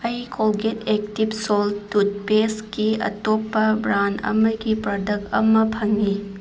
ꯑꯩ Colgate active salt ꯇꯨꯠ ꯄꯦꯁꯀꯤ ꯑꯇꯣꯞꯄ ꯕ꯭ꯔꯥꯟ ꯑꯃꯒꯤ ꯄ꯭ꯔꯗꯛ ꯑꯃ ꯐꯪꯉꯤ